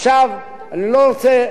עכשיו, אני לא רוצה